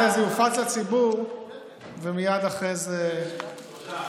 זה יופץ לציבור ומייד אחרי זה, תודה.